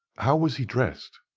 how was he dressed?